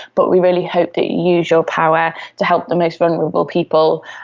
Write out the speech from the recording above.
but we really hope that you use your power to help the most vulnerable people.